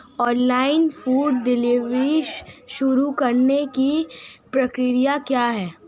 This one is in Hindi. ऑनलाइन फूड डिलीवरी शुरू करने की प्रक्रिया क्या है?